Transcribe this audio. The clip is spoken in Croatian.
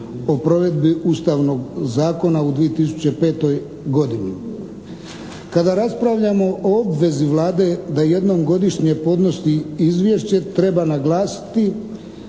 o provedbi ustavnog zakona u 2005. godini. Kada raspravljamo o obvezi Vlade da jednom godišnje podnosi izvješće treba naglasiti